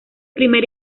primer